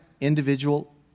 individual